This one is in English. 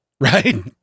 Right